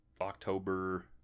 October